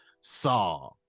Saw